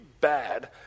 Bad